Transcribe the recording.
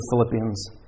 Philippians